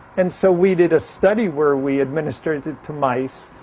and so we did a study where we administered it to mice,